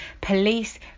police